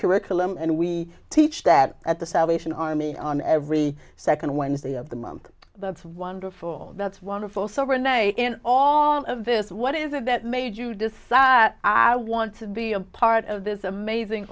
curriculum and we teach that at the salvation army on every second wednesday of the month that's wonderful that's wonderful summer night in all of this what is it that made you decide i want to be a part of this amazing